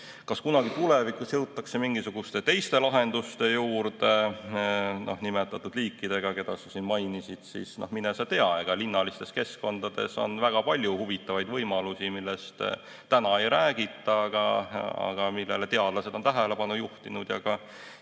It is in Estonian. kunagi tulevikus jõutakse mingisuguste teiste lahenduste juurde nimetatud liikidega, keda sa mainisid? Mine sa tea. Linnalises keskkonnas on väga palju huvitavaid võimalusi, millest täna ei räägita, aga millele teadlased on tähelepanu juhtinud ja ka